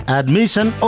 admission